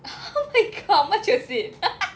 oh my god how much was it